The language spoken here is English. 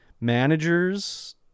managers